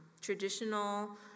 traditional